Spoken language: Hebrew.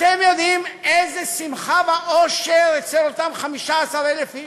אתם יודעים איזה שמחה ואושר אצל אותם 15,000 איש?